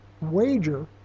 wager